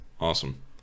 Awesome